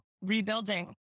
rebuilding